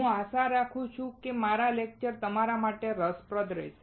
હું આશા રાખું છું કે મારા લેક્ચર તમારા માટે રસપ્રદરહેશે